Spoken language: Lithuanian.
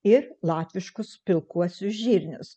ir latviškus pilkuosius žirnius